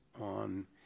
on